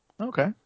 Okay